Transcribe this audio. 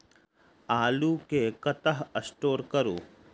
आलु केँ कतह स्टोर करू?